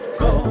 go